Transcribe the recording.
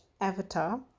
avatar